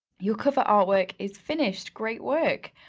your cover artwork is finished. great work.